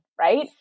right